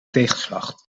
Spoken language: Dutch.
tegenslag